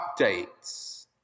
updates